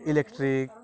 electric